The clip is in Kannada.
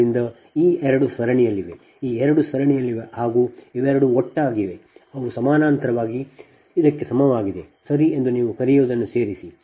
ಆದ್ದರಿಂದ ಈ ಎರಡು ಸರಣಿಯಲ್ಲಿವೆ ಈ ಎರಡು ಸರಣಿಯಲ್ಲಿವೆ ಮತ್ತು ಇವೆರಡೂ ಒಟ್ಟಾಗಿ ಇವೆರಡೂ ಒಟ್ಟಾಗಿವೆ ಅವು ಸಮಾನಾಂತರವಾಗಿ ಇದಕ್ಕೆ ಸಮನಾಗಿವೆ ಸರಿ ಮತ್ತು ನೀವು ಕರೆಯುವದನ್ನು ಸೇರಿಸಿ